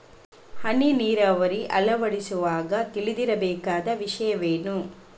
ಹನಿ ನೀರಾವರಿ ಅಳವಡಿಸುವಾಗ ತಿಳಿದಿರಬೇಕಾದ ವಿಷಯವೇನು?